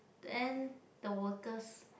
then the workers